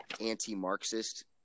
anti-Marxist